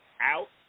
out